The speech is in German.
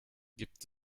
gibt